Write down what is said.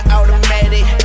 Automatic